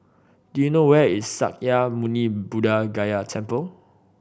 do you know where is Sakya Muni Buddha Gaya Temple